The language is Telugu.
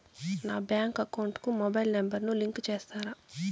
నా బ్యాంకు అకౌంట్ కు మొబైల్ నెంబర్ ను లింకు చేస్తారా?